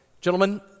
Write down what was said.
gentlemen